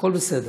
הכול בסדר.